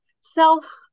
self